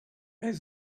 est